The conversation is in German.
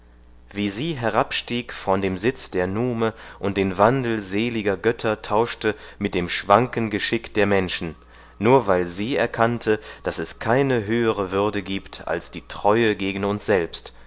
wie sie herabstieg von dem sitz der nume und den wandel seliger götter tauschte mit dem schwanken geschick der menschen nur weil sie erkannte daß es keine höhere würde gibt als die treue gegen uns selbst